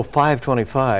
525